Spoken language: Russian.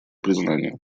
признание